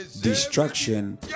destruction